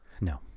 No